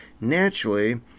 Naturally